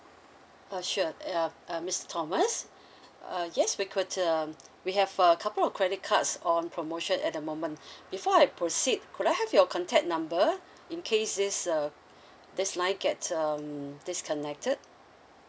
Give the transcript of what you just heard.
uh sure uh uh miss thomas uh yes we could um we have a couple of credit cards on promotion at the moment before I proceed could I have your contact number in case this uh this line get um disconnected